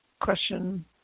question